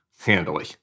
handily